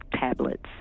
tablets